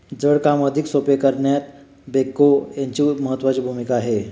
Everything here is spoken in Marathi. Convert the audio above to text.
जड काम अधिक सोपे करण्यात बेक्हो यांची महत्त्वाची भूमिका आहे